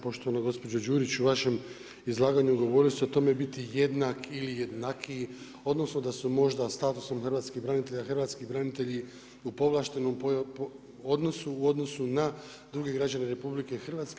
Poštovana gospođo Đurić, u vašem izlaganju govorili ste o tome biti jednak ili biti jednakiji odnosno da su možda statusom hrvatskih branitelja hrvatski branitelji u povlaštenom odnosu u odnosu na druge građane RH.